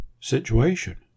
situation